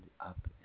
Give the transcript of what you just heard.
up